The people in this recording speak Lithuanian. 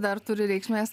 dar turi reikšmės